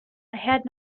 had